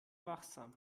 wachsam